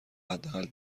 حداقل